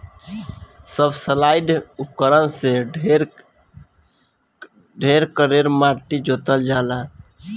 subsoil उपकरण से ढेर कड़ेर माटी जोतल जाला